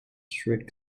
strict